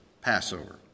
Passover